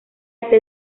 este